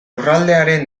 lurraldearen